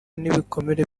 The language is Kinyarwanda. n’ibikomere